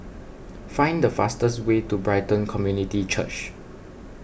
find the fastest way to Brighton Community Church